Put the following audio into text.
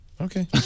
Okay